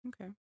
Okay